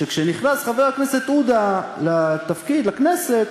שכשנכנס חבר הכנסת עודה לתפקיד, לכנסת,